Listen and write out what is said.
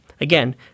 again